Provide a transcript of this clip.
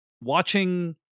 watching